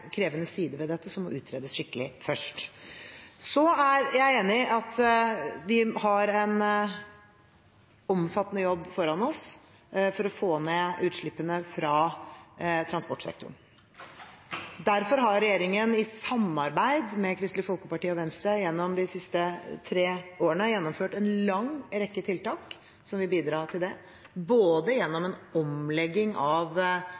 krevende sider ved dette som må utredes skikkelig først. Jeg er enig i at vi har en omfattende jobb foran oss for å få ned utslippene fra transportsektoren. Derfor har regjeringen i samarbeid med Kristelig Folkeparti og Venstre gjennom de siste tre årene gjennomført en lang rekke tiltak som vil bidra til det, både gjennom en omlegging av